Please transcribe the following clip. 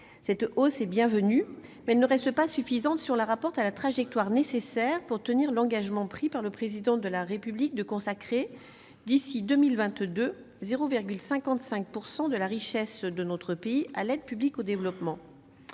Cette augmentation est bienvenue, mais elle reste insuffisante si on la rapporte à la trajectoire nécessaire pour tenir l'engagement, pris par le Président de la République, de consacrer, d'ici à 2022, 0,55 % de la richesse de notre pays à l'aide publique au développement.